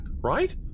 right